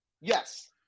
Yes